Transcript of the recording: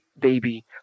baby